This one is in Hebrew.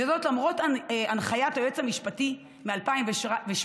וזאת למרות הנחיית היועץ המשפטי מ-2017,